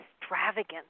extravagant